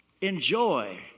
enjoy